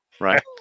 Right